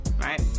right